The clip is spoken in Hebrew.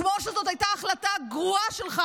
כמו שזאת הייתה החלטה גרועה שלך,